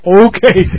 okay